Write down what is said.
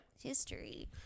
History